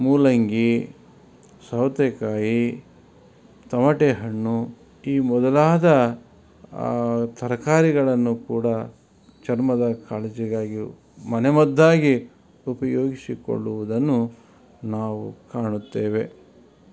ಮೂಲಂಗಿ ಸೌತೆಕಾಯಿ ತೊಮಟೆ ಹಣ್ಣು ಈ ಮೊದಲಾದ ತರಕಾರಿಗಳನ್ನು ಕೂಡ ಚರ್ಮದ ಕಾಳಜಿಗಾಗಿಯೂ ಮನೆ ಮದ್ದಾಗಿ ಉಪಯೋಗಿಸಿಕೊಳ್ಳುವುದನ್ನು ನಾವು ಕಾಣುತ್ತೇವೆ